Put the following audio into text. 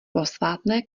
posvátné